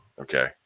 Okay